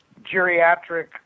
geriatric